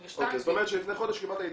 אוקיי, זאת אומרת שלפני חודש קיבלת עדכון.